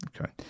Okay